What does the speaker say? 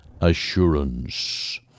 Assurance